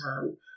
time